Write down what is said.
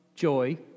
joy